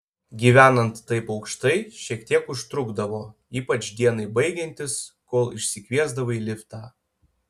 gyvenant taip aukštai šiek tiek užtrukdavo ypač dienai baigiantis kol išsikviesdavai liftą